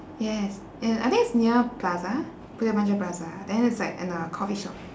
yes uh I think it's near plaza bukit panjang plaza then it's like in a coffee shop